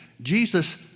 Jesus